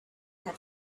had